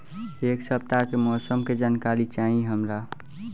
एक सपताह के मौसम के जनाकरी चाही हमरा